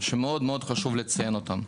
שמאוד מאוד חשוב לציין אותם: